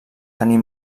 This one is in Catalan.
tenir